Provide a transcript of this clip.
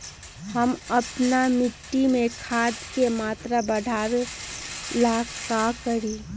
हम अपना मिट्टी में खाद के मात्रा बढ़ा वे ला का करी?